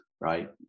right